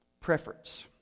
preference